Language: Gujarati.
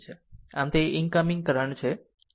આમ તે ઇનકમિંગ કરંટ છે